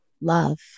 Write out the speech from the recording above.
love